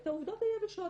את העבודות היבשות.